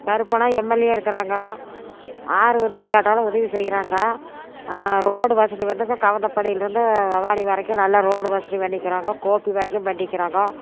Karuppannan MLA இருக்கிறாங்க யாரு உதவி கேட்டாலும் உதவி செய்கிறாங்க ரோடு வசதி வந்துங்க கவுந்தபாடிலேருந்து பவானி வரைக்கும் நல்ல ரோடு வசதி பண்ணிருக்கிறாங்க கோபி வரைக்கும் பண்ணிருக்கிறாங்க